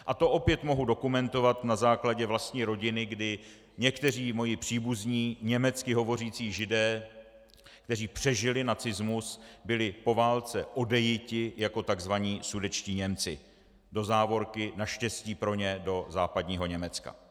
A to opět mohu dokumentovat na základě vlastní rodiny, kdy někteří moji příbuzní, německy hovořící Židé, kteří přežili nacismus, byli po válce odejiti jako takzvaní sudetští Němci do závorky naštěstí pro ně do západního Německa.